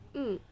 mm